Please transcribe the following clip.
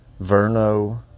Verno